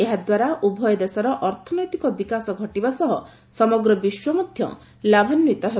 ଏହାଦ୍ୱାରା ଉଭୟ ଦେଶର ଅର୍ଥନୈତିକ ବିକାଶ ଘଟିବା ସମେତ ସମଗ୍ର ବିଶ୍ୱ ମଧ୍ୟ ଲାଭାନିତ ହେବ